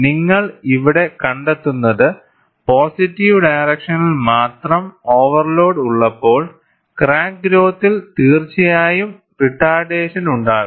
നിങ്ങൾ ഇവിടെ കണ്ടെത്തുന്നത് പോസിറ്റീവ് ഡയറക്ഷനിൽ മാത്രം ഓവർലോഡ് ഉള്ളപ്പോൾ ക്രാക്ക് ഗ്രോത്തിൽ തീർച്ചയായും റിട്ടാർഡേഷൻ ഉണ്ടാകും